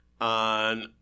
on